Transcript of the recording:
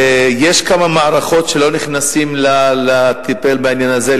יש כמה מערכות שלא נכנסות לטפל בעניין הזה.